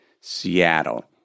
Seattle